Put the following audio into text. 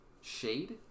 shade